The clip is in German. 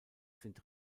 sind